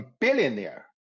billionaire